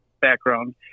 background